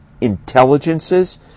intelligences